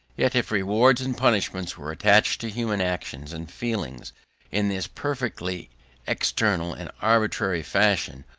yet if rewards and punishments were attached to human action and feeling in this perfectly external and arbitrary fashion,